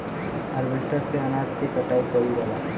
harvester से अनाज के कटाई कइल जाला